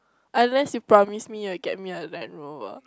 unless you promise me you'll get me a Landrover